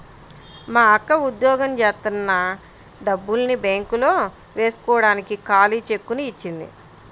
మా అక్క ఉద్యోగం జేత్తన్న డబ్బుల్ని బ్యేంకులో వేస్కోడానికి ఖాళీ చెక్కుని ఇచ్చింది